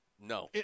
No